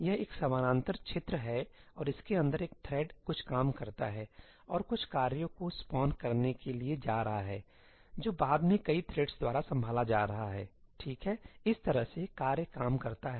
यह एक समानांतर क्षेत्र है और इसके अंदर एक थ्रेड कुछ काम करता है और कुछ कार्यों को स्पान करने के लिए जा रहा है जो बाद में कई थ्रेड्स द्वारा संभाला जा रहा है ठीक है इस तरह से कार्य काम करता है